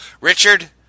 Richard